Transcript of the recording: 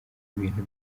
ibintu